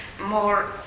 more